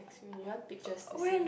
so you want pictures to see